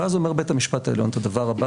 ואז אומר בית המשפט העליון את הדבר הבא,